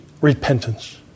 repentance